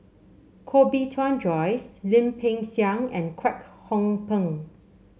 Koh Bee Tuan Joyce Lim Peng Siang and Kwek Hong Png